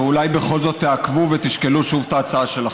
ואולי בכל זאת תעכבו ותשקלו שוב את ההצעה שלכם.